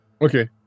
Okay